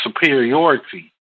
superiority